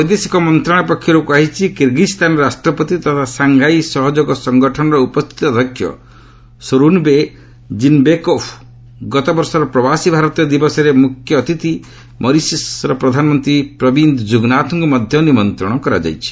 ବୈଦେଶିକ ମନ୍ତ୍ରଶାଳୟ ପକ୍ଷରୁ କୁହାଯାଇଛି କିରିଗିଜ୍ସ୍ଥାନର ରାଷ୍ଟ୍ରପତି ତଥା ସାଂଘାଇ ସହଯୋଗ ସଂଗଠନର ଉପସ୍ଥିତ ଅଧ୍ୟକ୍ଷ ସୋରୁନ ବେ ଜିନ୍ବେକୋଭ୍ ଗତବର୍ଷର ପ୍ରବାସୀ ଭାରତୀୟ ଦିବସରେ ମୁଖ୍ୟଅତିଥି ମରିସସ୍ ପ୍ରଧାନମନ୍ତ୍ରୀ ପ୍ରବୀନ୍ଦ କୁଗ୍ନାଥଙ୍କୁ ମଧ୍ୟ ନିମନ୍ତ୍ରଣ କରାଯାଇଛି